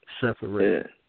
Separate